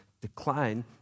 decline